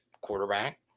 quarterback